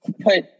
put